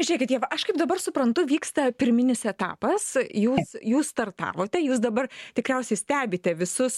žiūrėkit ieva aš kaip dabar suprantu vyksta pirminis etapas jūs jūs startavote jūs dabar tikriausiai stebite visus